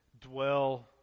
dwell